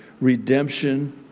redemption